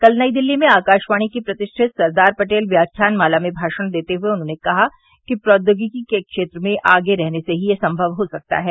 कल नई दिल्ली में आकाशवाणी के प्रतिष्ठित सरदार पटेल व्याख्यान माला में भाषण देते हुए उन्होंने कहा कि प्रौद्योगिकी के क्षेत्र में आगे रहने से ही यह संभव हो सकता है